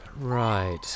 Right